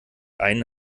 einen